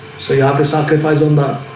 so you have to sacrifice on that